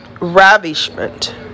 ravishment